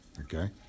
okay